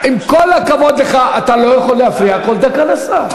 עם כל הכבוד לך, אתה לא יכול להפריע כל דקה לשר.